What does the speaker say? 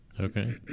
Okay